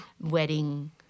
wedding